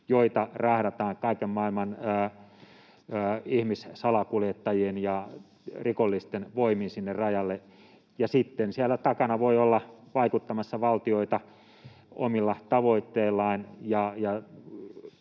joita rahdataan kaiken maailman ihmissalakuljettajien ja rikollisten voimin sinne rajalle, ja sitten siellä takana voi olla vaikuttamassa valtioita omilla tavoitteillaan,